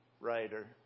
writer